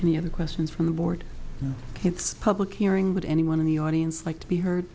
any other questions from the board it's a public hearing would anyone in the audience like to be heard